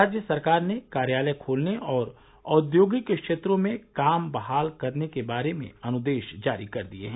राज्य सरकार ने कार्यालय खोलने और औद्योगिक क्षेत्रों में काम बहाल करने के बारे में अनुदेश जारी कर दिये हैं